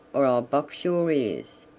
or i'll box your ears.